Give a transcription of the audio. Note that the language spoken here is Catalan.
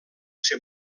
ser